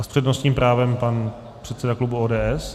S přednostním právem pan předseda klubu ODS.